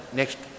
next